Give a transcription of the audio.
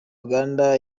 uganda